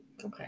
Okay